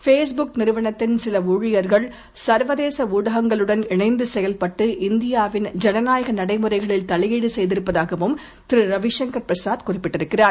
பேஸ்புக்நிறுவனத்தின்சிலஊழியர்கள் சர்வதேசஊடகங்களுடன்இணைந்துசெயல்பட்டு இந்தியாவின்ஜனநாயகநடைமுறைகளில்தலையீடுசெய் திருப்பதாகவும்திரு ரவிசங்கர்பிரசாத்குறிப்பிட்டிருக்கி றார்